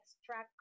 extract